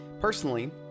Personally